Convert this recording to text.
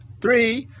three,